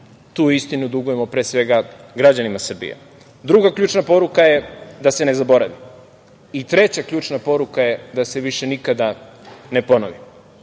Tu istinu dugujemo, pre svega, građanima Srbije. Druga ključna poruka je da se ne zaboravi. Treća ključna poruka je da se više nikada ne ponovi. NATO